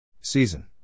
Season